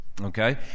okay